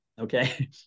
okay